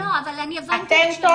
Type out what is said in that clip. לא, לא, אבל אני הבנתי --- רגע.